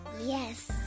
Yes